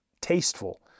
tasteful